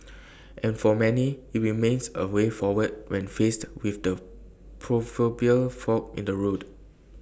and for many IT remains A way forward when faced with the proverbial fork in the road